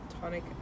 tonic